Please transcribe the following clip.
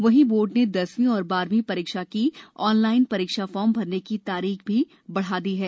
वहीं बोर्ड ने दसवीं और बारहवीं परीक्षा की ऑनलाइन परीक्षा फॉर्म भरने की आखिरी तारीख भी बढ़ा दी है